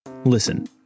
Listen